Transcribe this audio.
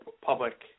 public